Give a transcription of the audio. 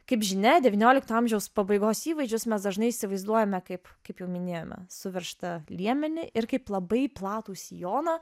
kaip žinia devyniolikto amžiaus pabaigos įvaizdžius mes dažnai įsivaizduojame kaip kaip jau minėjome suveržtą liemenį ir kaip labai platų sijoną